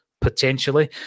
potentially